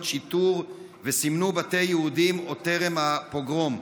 שיטור וסימנו בתי יהודים עוד טרם הפוגרום.